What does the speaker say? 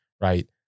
right